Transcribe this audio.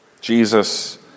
Jesus